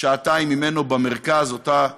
שעתיים ממנו במרכז, אותה חדרה-גדרה,